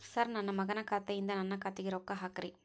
sir ನನ್ನ ಮಗನ ಖಾತೆ ಯಿಂದ ನನ್ನ ಖಾತೆಗ ರೊಕ್ಕಾ ಹಾಕ್ರಿ